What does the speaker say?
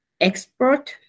export